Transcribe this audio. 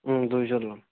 দুইযোৰ ল'ম